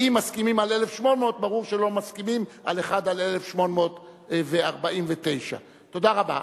כי אם מסכימים על 1,800 ברור שלא מסכימים על אחד עד 1,849. תודה רבה.